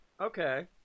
Okay